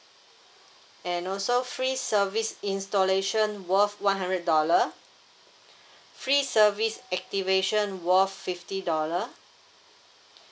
and also free service installation worth one hundred dollar free service activation worth fifty dollar